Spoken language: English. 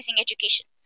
education